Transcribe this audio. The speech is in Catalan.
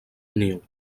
niu